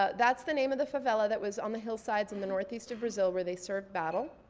ah that's the name of the favela that was on the hillsides in the northeast of brazil where they served battle.